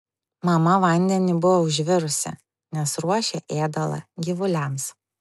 mama vandenį buvo užvirusi nes ruošė ėdalą gyvuliams